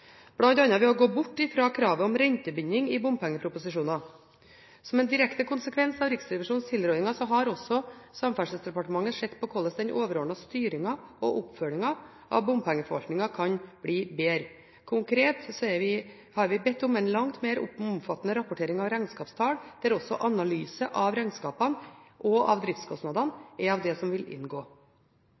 ved å gå bort fra kravet om rentebinding i bompengeproposisjoner. Som en direkte konsekvens av Riksrevisjonens tilrådninger har også Samferdselsdepartementet sett på hvordan den overordnede styringen og oppfølgingen av bompengeforvaltningen kan bli bedre. Konkret har vi bedt om en langt mer omfattende rapportering av regnskapstall der også analyse av regnskapene og driftskostnadene er av det som vil inngå.